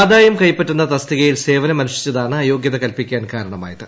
ആദായം കൈപ്പറ്റുന്ന തസ്തികയിൽ സേവനമനുഷ്ഠിച്ചതാണ് അയോഗ്യത കൽപിക്കാൻ കാരണമായത്